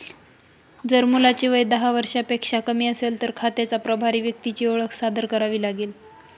जर मुलाचे वय दहा वर्षांपेक्षा कमी असेल, तर खात्याच्या प्रभारी व्यक्तीची ओळख सादर करावी लागेल